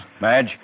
Madge